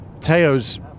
Teo's